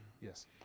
Yes